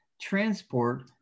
transport